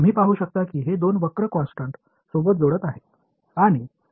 எனவே இது இந்த பையனையும் இந்த பையனையும் சேர்க்கிறேன் நான் உண்மையில் ஒரு வரியைப் பெறப் போகிறேன்